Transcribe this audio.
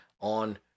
on